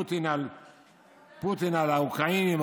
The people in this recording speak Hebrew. פוטין על האוקראינים,